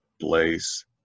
place